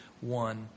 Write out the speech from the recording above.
one